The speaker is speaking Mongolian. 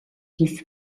гэвч